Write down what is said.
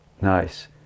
nice